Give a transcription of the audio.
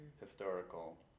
historical